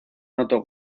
anotó